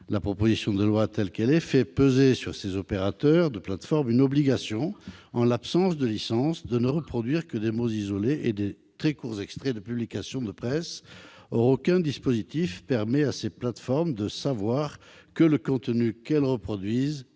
la proposition de loi fait peser sur les opérateurs de plateformes une obligation, en l'absence de licence, de ne reproduire que des mots isolés ou de très courts extraits de publications de presse. Or aucun dispositif ne permet à ces plateformes de savoir que le contenu qu'elles reproduisent